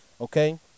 okay